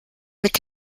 mit